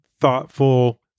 thoughtful